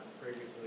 previously